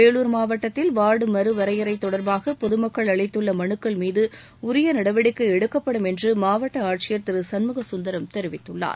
வேலூர் மாவட்டத்தில் வார்டு மறுவரையறை தொடர்பாக பொது மக்கள் அளித்துள்ள மனுக்கள் மீது உரிய நடவடிக்கை எடுக்கப்படும் என்று மாவட்ட ஆட்சியர் திரு சண்முககந்தரம் தெரிவித்துள்ளார்